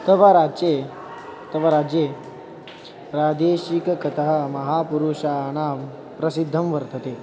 तव राज्ये तव राज्ये प्रादेशीककथाः महापुरुषाणां प्रसिद्धं वर्तते